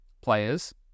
players